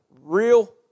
real